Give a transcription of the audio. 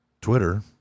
Twitter